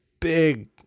big